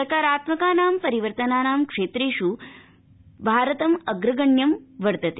सकारात्मकानां परिवर्तनानां क्षेत्रेष् भारतम् अग्रगण्यम् अस्ति